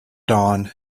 dawn